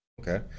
Okay